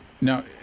Now